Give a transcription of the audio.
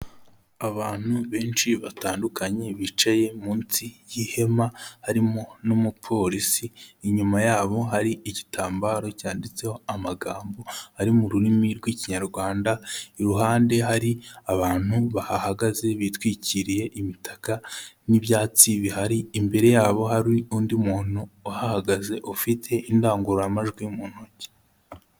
Abantu benshi batandukanye bicaye munsi y'ihema harimo n'umupolisi. Inyuma yabo hari igitambaro cyanditseho amagambo ari mu rurimi rw'Ikinyarwanda, iruhande hari abantu bahahagaze bitwikiriye imitaka n'ibyatsi bihari, imbere yabo hari undi muntu uhahagaze ufite indangururamajwi mu ntoki.